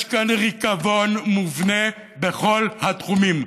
יש כאן ריקבון מובנה בכל התחומים,